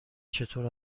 چطور